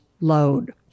load